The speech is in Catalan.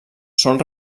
són